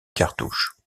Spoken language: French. cartouche